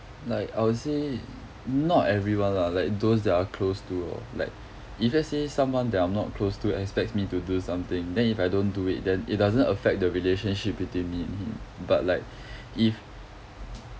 like I would say not everyone lah like those that are close to like if let's say someone that I'm not close to expects me to do something then if I don't do it then it doesn't affect the relationship between me and him but like if